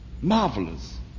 Marvelous